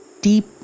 deep